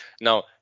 now